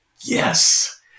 yes